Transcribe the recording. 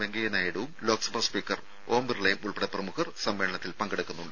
വെങ്കയ്യ നായിഡുവും ലോക്സഭാ സ്പീക്കർ ഓം ബിർളയും ഉൾപ്പടെ പ്രമുഖർ സമ്മേളനത്തിൽ പങ്കെടുക്കുന്നുണ്ട്